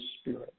Spirit